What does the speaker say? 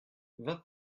vingt